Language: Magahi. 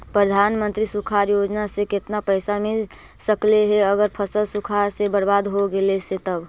प्रधानमंत्री सुखाड़ योजना से केतना पैसा मिल सकले हे अगर फसल सुखाड़ से बर्बाद हो गेले से तब?